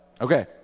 Okay